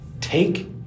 Take